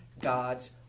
god's